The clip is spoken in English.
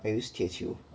I use 铁球